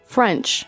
French